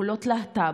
קולות של להט"ב,